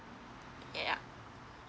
yeah